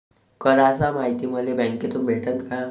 कराच मायती मले बँकेतून भेटन का?